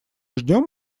ждем